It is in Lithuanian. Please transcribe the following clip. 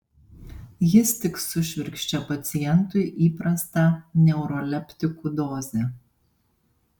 jis tik sušvirkščia pacientui įprastą neuroleptikų dozę